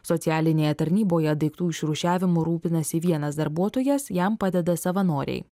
socialinėje tarnyboje daiktų išrūšiavimu rūpinasi vienas darbuotojas jam padeda savanoriai